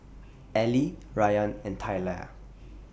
Allie Rayan and Talia